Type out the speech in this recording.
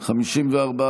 הצבעה.